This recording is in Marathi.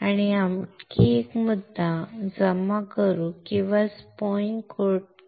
आम्ही आणखी एक नमुना जमा करू किंवा स्पिन कोट करू